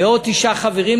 ועוד תשעה חברים,